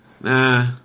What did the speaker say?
Nah